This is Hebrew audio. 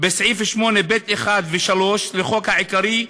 בסעיף 8(ב1)(3) לחוק העיקרי,